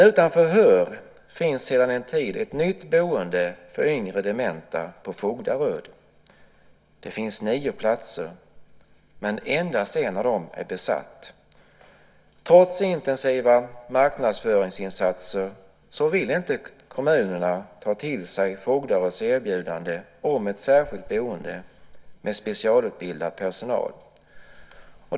Utanför Höör finns sedan en tid ett nytt boende för yngre dementa på Fogdaröd. Det finns nio platser. Men endast en av dem är besatt. Trots intensiva marknadsföringsinsatser vill inte kommunerna ta till sig Fogdaröds erbjudande om ett särskilt boende med specialutbildad personal.